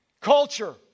culture